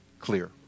clear